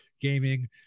gaming